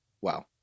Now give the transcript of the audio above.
Wow